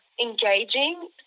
engaging